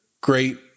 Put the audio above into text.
great